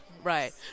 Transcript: Right